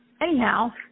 anyhow